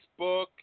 Facebook